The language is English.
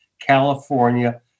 California